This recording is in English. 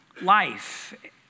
life